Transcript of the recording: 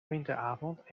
winteravond